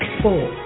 four